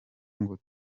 ngo